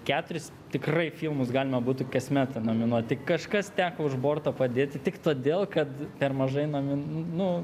keturis tikrai filmus galima būtų kasmet nominuoti kažkas teko už borto padėti tik todėl kad per mažai nomi nu